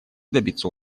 добиться